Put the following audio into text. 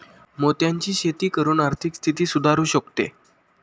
मोत्यांची शेती करून आर्थिक स्थिती सुधारु शकते